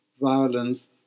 violence